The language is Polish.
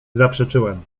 zaprzeczyłem